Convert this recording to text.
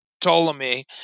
Ptolemy